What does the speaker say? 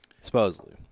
supposedly